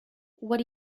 what